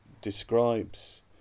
describes